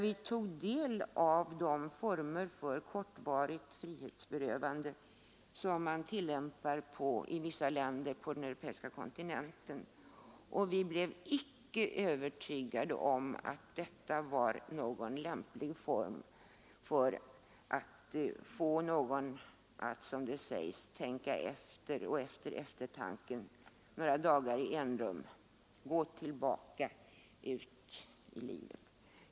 Vi tog då del av de former för kortvarigt frihetsberövande som man tillämpar i vissa länder på den europeiska kontinenten, och vi blev icke övertygade om att detta var en lämplig form för att få någon att, som det sägs, tänka efter några dagar i enrum och därefter gå tillbaka ut i livet.